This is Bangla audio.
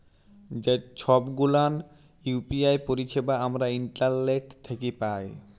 যে ছব গুলান ইউ.পি.আই পারিছেবা আমরা ইন্টারলেট থ্যাকে পায়